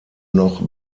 noch